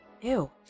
Ew